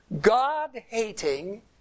God-hating